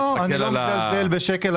אני לא מזלזל בשקל,